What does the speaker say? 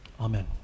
Amen